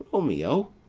romeo!